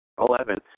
Eleven